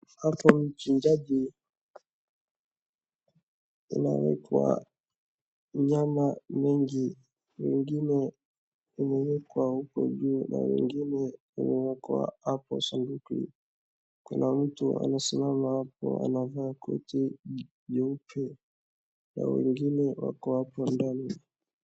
Hapa ni uchinjaji, inawekwa nyama mingi, ingine imewekwa huko juu na ingine imewekwa hapo sanduku, kuna mtu anasimama hapo anavaa koti nyeupe na wengine wako hapo ndani.